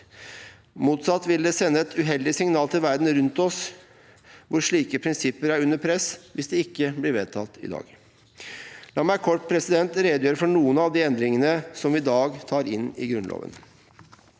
Motsatt vil det sende et uheldig signal til verden rundt oss, hvor slike prinsipper er under press, hvis dette ikke blir vedtatt i dag. La meg kort redegjøre for noen av de endringene vi i dag tar inn i Grunnloven.